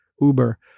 Uber